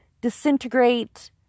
disintegrate